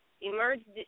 Emerged